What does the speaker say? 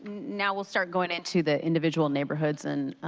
now we'll start going into the individual neighborhoods and